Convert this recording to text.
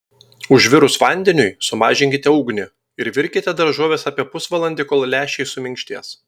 užvirus vandeniui sumažinkite ugnį ir virkite daržoves apie pusvalandį kol lęšiai suminkštės